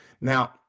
Now